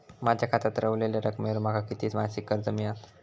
माझ्या खात्यात रव्हलेल्या रकमेवर माका किती मासिक कर्ज मिळात?